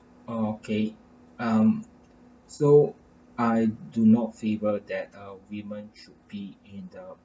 okay um so I do not favour that uh women should be in the